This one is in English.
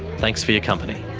thanks for your company